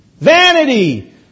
Vanity